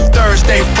Thursday